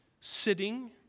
sitting